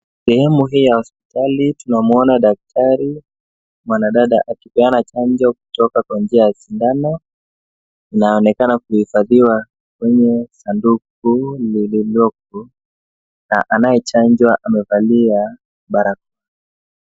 Sehemu hii ya hospitali tunamuona daktari mwanadada akipeana chanjo kutoka kwa njia ya sindano. Inaonekana kuhifadhiwa kwenye sanduku lililopo na anyechanjwa amevalia barakoa.